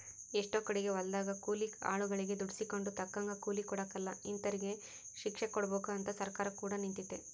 ಎಷ್ಟೊ ಕಡಿಗೆ ಹೊಲದಗ ಕೂಲಿ ಆಳುಗಳಗೆ ದುಡಿಸಿಕೊಂಡು ತಕ್ಕಂಗ ಕೂಲಿ ಕೊಡಕಲ ಇಂತರಿಗೆ ಶಿಕ್ಷೆಕೊಡಬಕು ಅಂತ ಸರ್ಕಾರ ಕೂಡ ನಿಂತಿತೆ